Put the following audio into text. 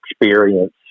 experience